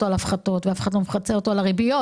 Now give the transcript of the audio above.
על הפחתות ואף אחד לא מפצה אותו על הריביות,